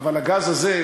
אבל הגז הזה,